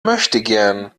möchtegern